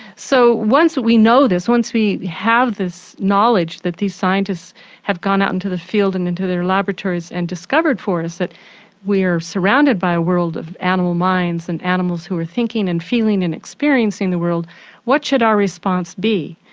so once we know this, once we have this knowledge that these scientists have gone out into the field and into their laboratories and discovered for us that we're surrounded by a world of animal minds and animals who are thinking and feeling and experiencing the world what should our response be?